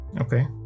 Okay